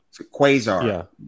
Quasar